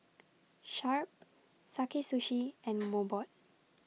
Sharp Sakae Sushi and Mobot